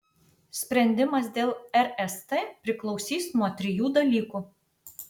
sprendimas dėl rst priklausys nuo trijų dalykų